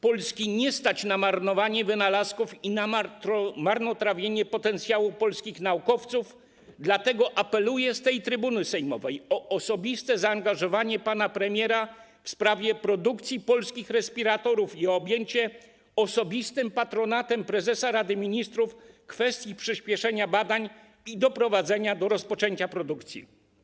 Polski nie stać na marnowanie wynalazków i na marnotrawienie potencjału polskich naukowców, dlatego apeluję z trybuny sejmowej o osobiste zaangażowanie pana premiera w sprawie produkcji polskich respiratorów i objęcie osobistym patronatem prezesa Rady Ministrów kwestii przyspieszenia badań i doprowadzenia do rozpoczęcia produkcji.